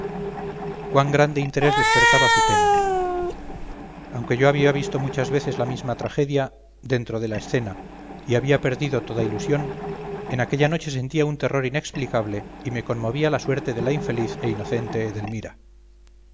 cuán grande interés despertaba su pena aunque yo había visto muchas veces la misma tragedia dentro de la escena y había perdido toda ilusión en aquella noche sentía un terror inexplicable y me conmovía la suerte de la infeliz e inocente edelmira